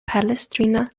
palestrina